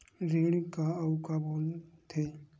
ऋण का अउ का बोल थे?